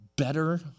Better